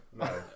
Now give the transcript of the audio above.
No